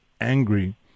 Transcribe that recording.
angry